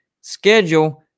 schedule